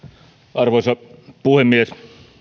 arvoisa puhemies